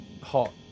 hot